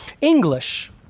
English